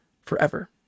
forever